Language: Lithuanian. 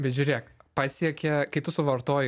bet žiūrėk pasiekia kai tu suvartoji